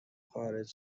خارج